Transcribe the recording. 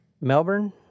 Melbourne